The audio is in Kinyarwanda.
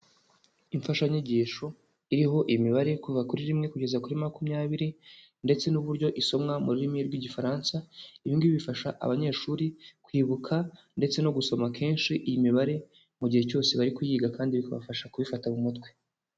Imfashanyigisho, iriho imibare kuva kuri rimwe kugeza kuri makumyabiri. Ndetse n'uburyo isomwa, mu rurimi, rw'igifaransa. Ibi ngibi bifasha, abanyeshuri, kwibuka. ndetse no gusoma kenshi, iyi mibare. Mu gihe cyose bari kuyiga kandi bikabafasha kubifata mu mutwe.